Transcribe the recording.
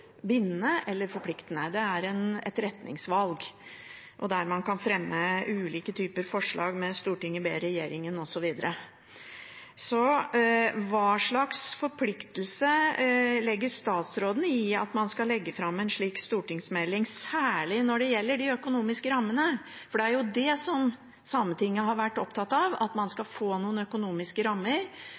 bindende eller forpliktende, det er et retningsvalg der man kan fremme ulike typer forslag med «Stortinget ber regjeringen» og så videre. Hva slags forpliktelse legger statsråden i at man skal legge fram en slik stortingsmelding, særlig når det gjelder de økonomiske rammene? For det er jo det Sametinget har vært opptatt av, at man skal få noen økonomiske rammer